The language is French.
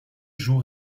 jour